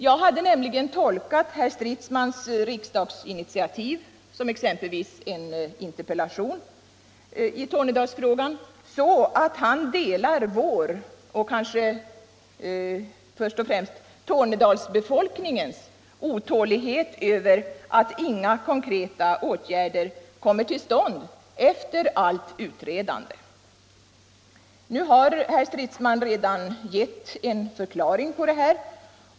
Jag hade tolkat herr Stridsmans riksdagsinitiativ i Tornedalsfrågan, exempelvis en interpellation, så att han delar vår och kanske först och främst Tornedalsbefolkningens otålighet över att inga konkreta åtgärder kommer till stånd efter allt utredande. Nu har herr Stridsman redan gett en förklaring till detta.